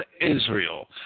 Israel